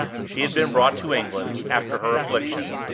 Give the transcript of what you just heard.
she had been brought to england, after her affliction,